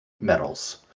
medals